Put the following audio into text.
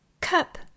Cup